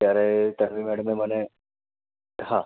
ત્યારે તન્વી મેડમે મને હા